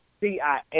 CIA